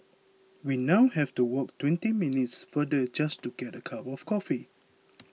we now have to walk twenty minutes farther just to get a cup of coffee